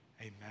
amen